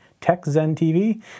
techzenTV